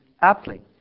aptly